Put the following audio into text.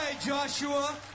Joshua